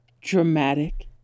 Dramatic